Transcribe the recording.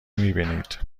میبینید